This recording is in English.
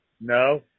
No